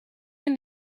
and